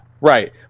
right